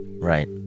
Right